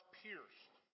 pierced